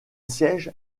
siège